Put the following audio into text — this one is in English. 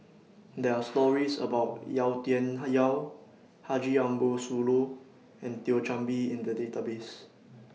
There Are stories about Yau Tian Yau Haji Ambo Sooloh and Thio Chan Bee in The Database